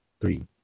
three